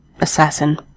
assassin